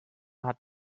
hat